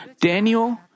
Daniel